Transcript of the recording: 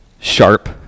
sharp